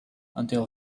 until